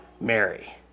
Mary